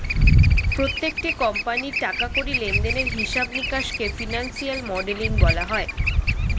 প্রত্যেকটি কোম্পানির টাকা কড়ি লেনদেনের হিসাব নিকাশকে ফিনান্সিয়াল মডেলিং বলা হয়